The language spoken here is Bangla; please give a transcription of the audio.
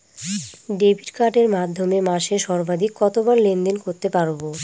ডেবিট কার্ডের মাধ্যমে মাসে সর্বাধিক কতবার লেনদেন করতে পারবো?